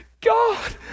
God